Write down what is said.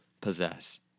possess